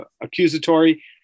accusatory